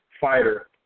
fighter